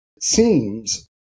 seems